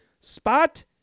spot